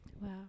Wow